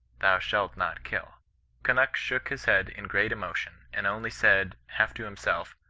thou shah not kilc kunnuk shook his head in great emotion, and only said, half to himself,